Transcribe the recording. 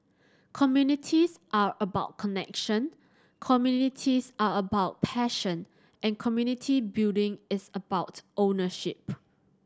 communities are about connection communities are about passion and community building is about ownership